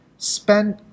spend